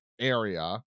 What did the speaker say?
area